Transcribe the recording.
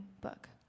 book